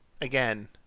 Again